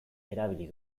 erabili